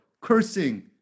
cursing